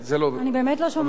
חבר הכנסת אלקין,